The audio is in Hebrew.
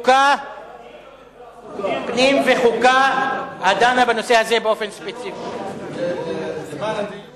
לכן אני אעביר אליך, לוועדת